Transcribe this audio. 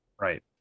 Right